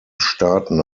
staaten